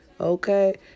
Okay